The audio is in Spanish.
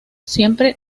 siempre